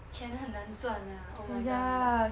钱很难赚 ah oh my god